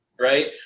right